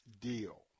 deal